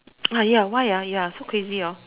ah ya why ah ya so crazy orh